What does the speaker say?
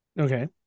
Okay